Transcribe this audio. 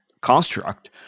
construct